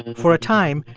for a time,